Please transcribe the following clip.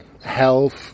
health